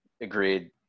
Agreed